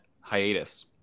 hiatus